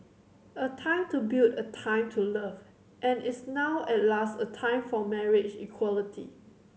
a time to build a time to love and is now at last a time for marriage equality